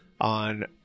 on